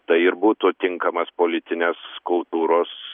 tai ir būtų tinkamas politinės kultūros